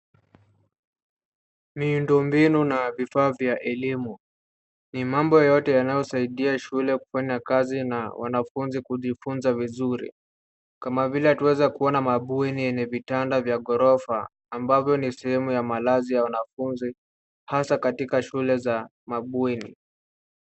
Miundombinu na vifaa vya elimu. Ni mambo yote yanayosaidia shule kufanya kazi na wanafunzi kujifunza vizuri. Kama vile tunaweza kuona mabweni yenye vitanda vya ghorofa ambavyo ni sehemu ya malazi ya wanafunzi hasa katika shule za mabweni.